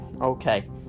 Okay